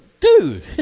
dude